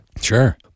Sure